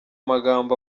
magambo